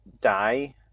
die